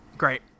Great